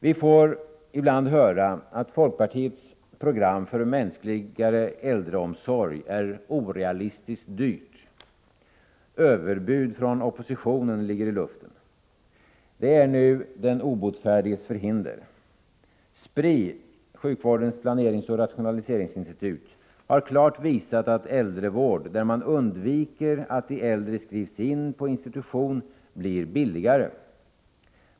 Vi får ibland höra att folkpartiets program för en mänskligare äldreomsorg är orealistiskt dyrt. ”Överbud från oppositionen” ligger i luften. Det är nu den obotfärdiges förhinder. Spri — sjukvårdens planeringsoch rationaliseringsinstitut — har klart visat att äldrevård där man undviker att de äldre skrivs in på institution blir billigare.